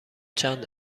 چند